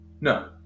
No